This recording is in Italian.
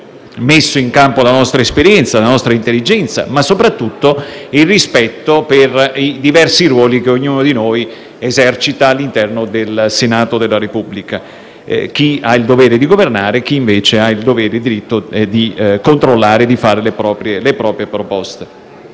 messo in campo la nostra esperienza, la nostra intelligenza, ma soprattutto il rispetto per i diversi ruoli che ognuno di noi esercita all'interno del Senato della Repubblica: chi ha il dovere di governare e chi ha il diritto-dovere di controllare e di fare le proprie proposte.